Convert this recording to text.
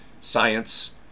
science